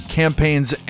campaigns